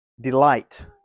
delight